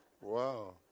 Wow